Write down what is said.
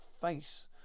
face